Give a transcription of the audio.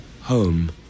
home